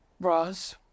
Roz